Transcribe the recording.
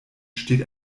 steht